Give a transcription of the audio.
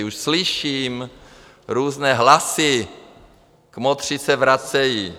Už slyším různé hlasy kmotři se vracejí.